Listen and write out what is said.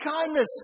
kindness